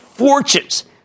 fortunes